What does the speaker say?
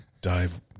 dive